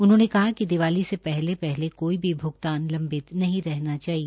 उन्होंने कहाकि दीवाली से पहले कोई भी भ्गतान लम्बित नहीं होना चाहिए